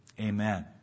amen